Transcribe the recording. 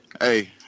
Hey